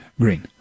green